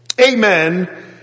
amen